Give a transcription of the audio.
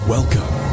Welcome